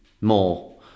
more